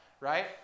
right